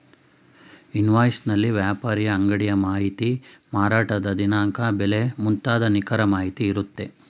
invoice ನಲ್ಲಿ ವ್ಯಾಪಾರಿಯ ಅಂಗಡಿಯ ಮಾಹಿತಿ, ಮಾರಾಟದ ದಿನಾಂಕ, ಬೆಲೆ ಮುಂತಾದ ನಿಖರ ಮಾಹಿತಿ ಇರುತ್ತೆ